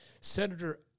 senator